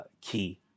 key